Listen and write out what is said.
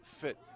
fit